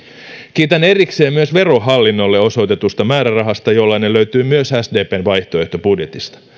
kiitän erikseen myös verohallinnolle osoitetusta määrärahasta jollainen löytyy myös sdpn vaihtoehtobudjetista